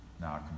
now